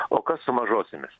o kas su mažosiomis